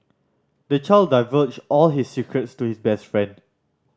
the child divulged all his secrets to his best friend